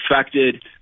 affected